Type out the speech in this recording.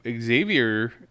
Xavier